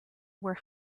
were